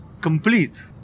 complete